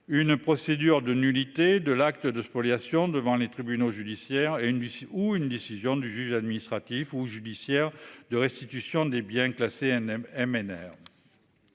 Une procédure de nullité de l'acte de spoliation devant les tribunaux judiciaires et une ou une décision du juge administratif ou judiciaire de restitution des biens classés Nm